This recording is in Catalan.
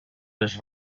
les